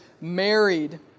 married